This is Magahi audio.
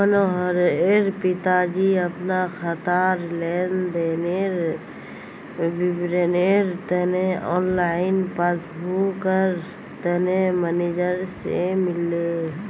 मनोहरेर पिताजी अपना खातार लेन देनेर विवरनेर तने ऑनलाइन पस्स्बूकर तने मेनेजर से मिलले